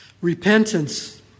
Repentance